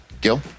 Gil